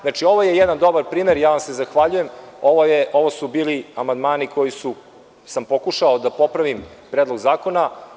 Znači, ovo je jedan dobar primer, ja se zahvaljujem, ovo su bili amandmani koje sam pokušao da popravim predlog zakona.